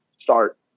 start